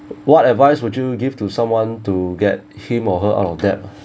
what advice would you give to someone to get him or her out of debt